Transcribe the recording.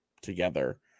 together